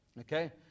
Okay